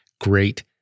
great